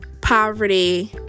poverty